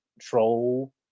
troll